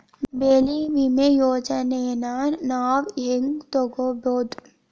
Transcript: ಬೆಳಿ ವಿಮೆ ಯೋಜನೆನ ನಾವ್ ಹೆಂಗ್ ತೊಗೊಬೋದ್?